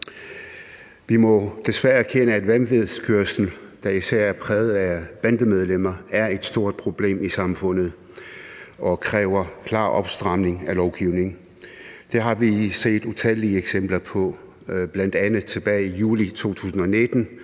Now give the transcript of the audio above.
Vi må desværre erkende, at vanvidskørsel, der især er præget af bandemedlemmer, er et stort problem i samfundet og kræver klar opstramning af lovgivningen. Vi har set utallige eksempler på det, bl.a. tilbage i juli 2019,